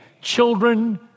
children